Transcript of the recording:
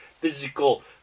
physical